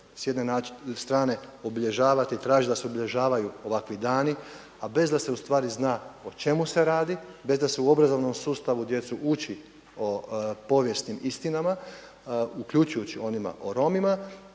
s jedne strane obilježavati, tražiti da se obilježavaju ovakvi dani a bez da se ustvari zna o čemu se radi, bez da se u obrazovnom sustavu djecu uči o povijesnim istinama, uključujući onima o Romima